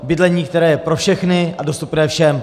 Bydlení, které je pro všechny a dostupné všem.